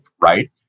right